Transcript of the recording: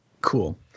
Cool